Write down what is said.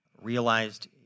realized